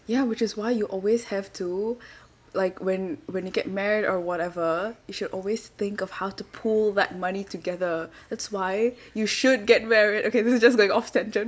ya which is why you always have to like when when you get married or whatever you should always think of how to pool that money together that's why you should get married okay this is just like off